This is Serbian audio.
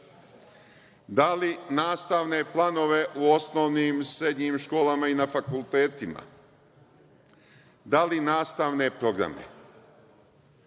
Da li nastavne planove u osnovnim i srednjim školama i na fakultetima? Da li nastavne programe?